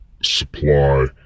supply